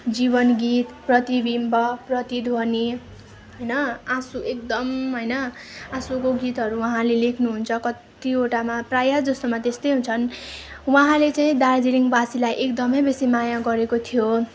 जीवनगीत प्रतिबिम्ब प्रतिध्वनि होइन आँसु एकदम होइन आँसुको गीतहरू उहाँले लेख्नुहुन्छ कतिवटामा प्रायः जस्तोमा त्यस्तै हुन्छन् उहाँले चाहिँ दार्जिलिङवासीलाई एकदमै बेसी माया गरेको थियो